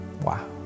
Wow